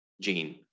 gene